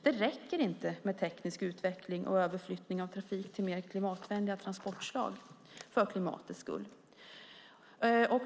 Det räcker inte med teknisk utveckling och överflyttning av trafik till mer klimatvänliga transportslag för klimatets skull.